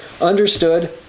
understood